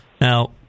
Now